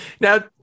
Now